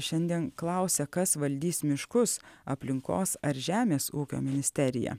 šiandien klausia kas valdys miškus aplinkos ar žemės ūkio ministerija